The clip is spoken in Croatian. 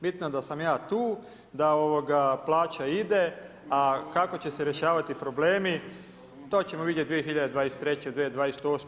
Bitno je da sam ja tu, da plaća ide, a kako će se rješavati problemi to ćemo vidjeti 2023., 2028. kad treba